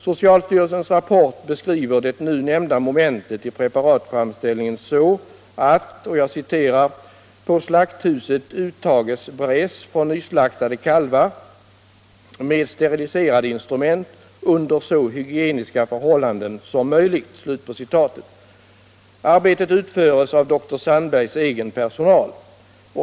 Socialstyrelsens rapport beskriver det nu nämnda momentet i preparatframställningen så att ”på slakthuset uttages bräss från nyslaktade kalvar med steriliserade instrument under så hygieniska förhållanden som möjligt”. Arbetet utföres av dr Sandbergs egen personal.